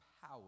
power